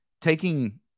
Taking